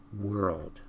world